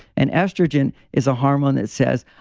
and estrogen is a hormone that says,